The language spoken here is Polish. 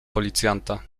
policjanta